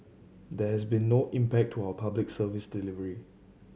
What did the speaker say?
there has been no impact to our Public Service delivery